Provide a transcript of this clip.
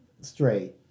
straight